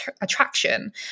attraction